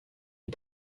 ils